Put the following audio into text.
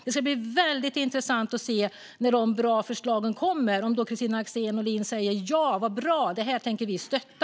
När de bra förslagen kommer ska det bli väldigt intressant att se om Kristina Axén Olin säger: Ja, vad bra, det här tänker vi stödja.